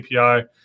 API